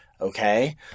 okay